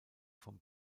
vom